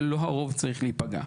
ולא הרוב צריך להיפגע.